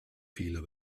fehler